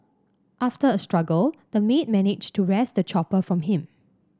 after a struggle the maid managed to wrest the chopper from him